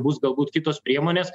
bus galbūt kitos priemonės